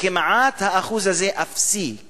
והאחוז הזה כמעט אפסי,